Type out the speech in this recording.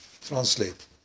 Translate